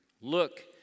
Look